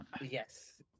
Yes